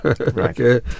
Okay